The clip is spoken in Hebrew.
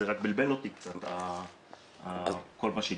רק בלבל אותי קצת כל מה שדיברו.